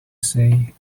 say